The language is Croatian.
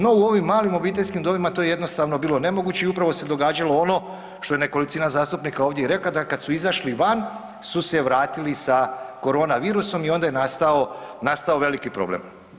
No u ovim malim obiteljskim domovima to je jednostavno bilo nemoguće i upravo se događalo ono što je nekolicina zastupnika ovdje i rekla da kad su izašli su se vratili sa korona virusom i onda je nastao, nastavo veliki problem.